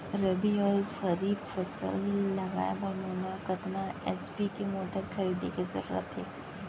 रबि व खरीफ दुनो फसल लगाए बर मोला कतना एच.पी के मोटर खरीदे के जरूरत हे?